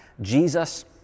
Jesus